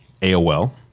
AOL